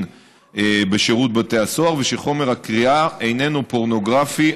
בשירות בתי הסוהר ושחומר הקריאה איננו פורנוגרפי,